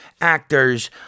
actors